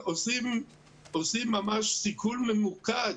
עושים ממש סיכול ממוקד